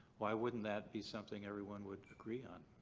why wouldn't that be something everyone would agree on?